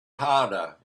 harder